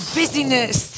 busyness